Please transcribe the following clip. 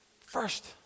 first